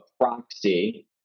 proxy